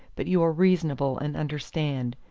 but you are reasonable and understand.